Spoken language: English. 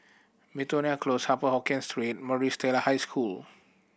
Miltonia Close Upper Hokkien Street Maris Stella High School